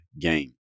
game